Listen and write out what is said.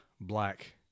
Black